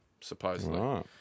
supposedly